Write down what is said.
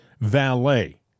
valet